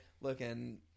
looking